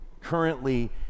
Currently